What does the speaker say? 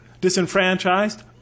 disenfranchised